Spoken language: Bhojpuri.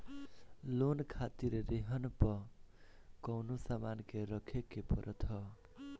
लोन खातिर रेहन पअ कवनो सामान के रखे के पड़त हअ